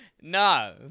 No